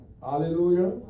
Hallelujah